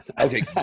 Okay